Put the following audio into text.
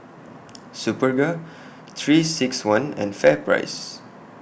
Superga three six one and FairPrice